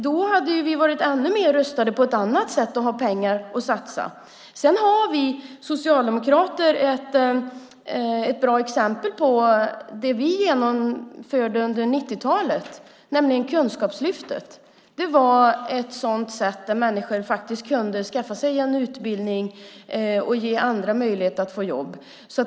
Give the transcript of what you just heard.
Vi hade kunnat vara ännu bättre rustade och kunde ha haft pengar att satsa på ett annat sätt. Vi socialdemokrater har ett bra exempel på vad vi genomförde under 90-talet, nämligen Kunskapslyftet. Det var något som gjorde att människor kunde skaffa sig en utbildning och få nya möjligheter att få jobb.